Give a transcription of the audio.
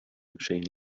machine